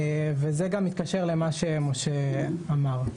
וזה גם מתקשר למה שמשה אמר.